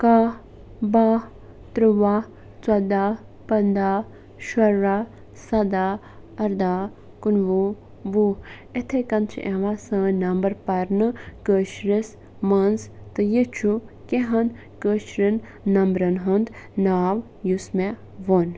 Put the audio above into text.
کاہ باہ ترٛوواہ ژۄداہ پنٛداہ شُراہ سَداہ ارداہ کُنوُہ وُہ یِتھے کٔنۍ چھِ یِوان سٲنۍ نمبر پرنہٕ کٲشرِس مَنٛز تہٕ یہِ چھُ کینٛہَن کٲشریٚن نمبرن ہُنٛد ناو یُس مےٚ ووٚن